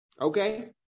Okay